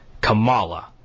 Kamala